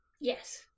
Yes